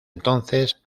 entonces